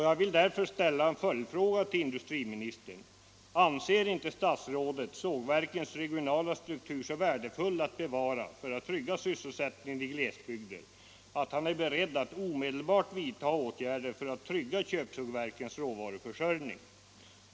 Jag vill därför ställa en följdfråga till industriministern: Anser inte statsrådet sågverkens regionala struktur så värdefull att bevara för att trygga sysselsättningen i berörda bygder att han är beredd att omedelbart vidta åtgärder för att trygga köpsågverkens råvaruförsörjning?